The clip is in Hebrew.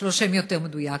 יש לו שם יותר מדויק,